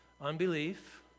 unbelief